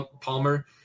Palmer